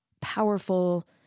powerful